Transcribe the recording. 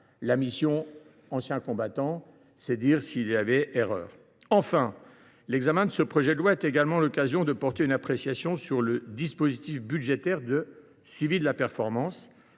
et liens avec la Nation ». C’est dire s’il y avait erreur ! Enfin, l’examen de ce projet de loi est également l’occasion de porter une appréciation sur le dispositif budgétaire de suivi de la performance.